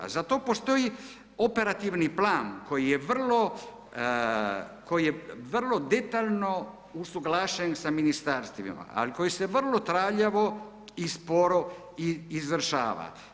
Za to postoji operativni plan koji je vrlo, koji je vrlo detaljno usuglašen sa ministarstvima ali koji se vrlo traljavo i sporo izvršava.